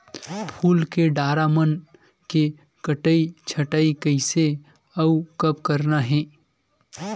फूल के डारा मन के कटई छटई कइसे अउ कब करना हे?